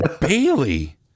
Bailey